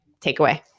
takeaway